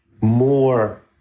more